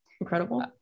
incredible